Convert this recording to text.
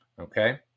okay